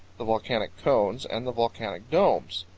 the volcanic cones, and the volcanic domes.